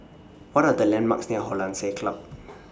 What Are The landmarks near Hollandse Club